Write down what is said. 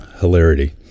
Hilarity